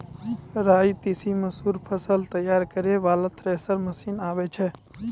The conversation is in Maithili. राई तीसी मसूर फसल तैयारी करै वाला थेसर मसीन आबै छै?